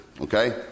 Okay